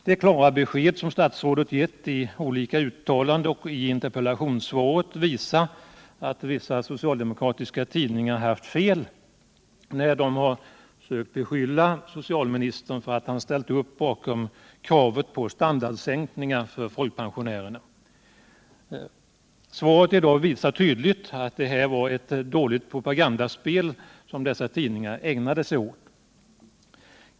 De klara besked som statsrådet gett i olika uttalanden och i interpellationssvaret visar att vissa socialdemokratiska tidningar haft fel, när de sökt beskylla Rune Gustavsson för att han ställt upp bakom kravet på standardsänkningar för folkpensionärerna. Svaret i dag visar tydligt att det var ett dåligt propagandaspel som dessa tidningar ägnade sig åt.